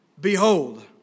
Behold